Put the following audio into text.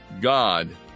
God